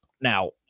Now